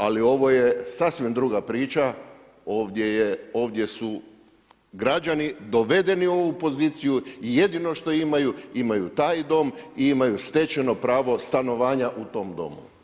Ali ovo je sasvim druga priča, ovdje su građani dovedeni u ovu poziciju i jedino što imaju taj dom i imaju stečeno pravo stanovanja u tom domu.